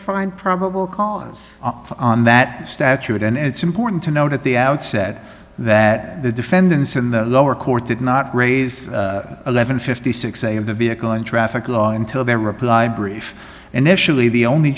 find probable cause on that statute and it's important to note at the outset that the defendants in the lower court did not raise eleven fifty six a of the vehicle and traffic law until their reply brief initially the only